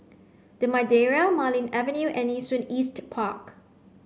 the Madeira Marlene Avenue and Nee Soon East Park